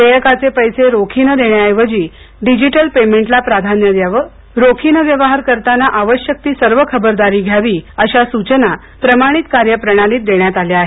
देयकाचे पैसे रोखीनें देण्याऐवजी डिजिटल पेमेन्टला प्राधान्य द्यावं रोखीने व्यवहार करताना आवश्यक ती सर्व खबरदारी घ्यावी अशा सूचना प्रमाणित कार्यप्रणालीत देण्यात आल्या आहेत